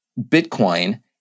Bitcoin